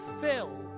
fill